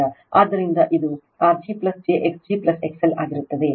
ಆದ್ದರಿಂದ ಇದು R g j x g XL ಆಗಿರುತ್ತದೆ